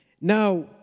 Now